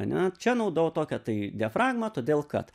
ane čia naudojau tokią tai diafragmą todėl kad